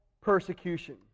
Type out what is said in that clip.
persecution